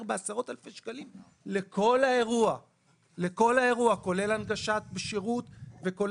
בעשרות אלפי שקלים לכל האירוע כולל הנגשת שירות.